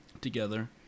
together